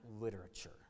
literature